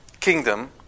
kingdom